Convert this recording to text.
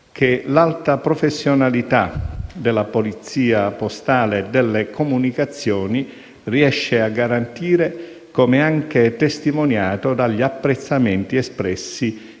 che l'alta professionalità della polizia postale e delle comunicazioni riesce a garantire come testimoniato dagli apprezzamenti espressi